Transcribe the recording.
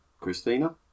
Christina